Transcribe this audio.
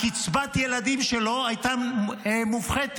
קצבת הילדים שלו הייתה מופחתת,